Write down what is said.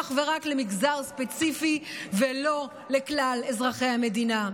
אך ורק למגזר ספציפי ולא לכלל אזרחי המדינה.